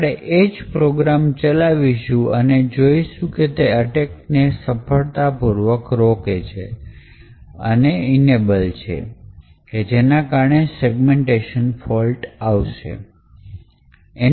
આપણે એ જ પ્રોગ્રામ ચલાવીશું અને જોઈશું કે તે એટકને સફળતાપૂર્વક રોકે છે અને enable છે એના કારણે segmentation fault આવશે